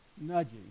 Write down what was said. nudging